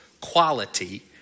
quality